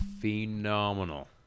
phenomenal